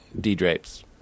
D-Drapes